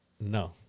No